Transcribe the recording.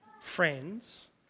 Friends